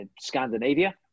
Scandinavia